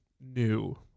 new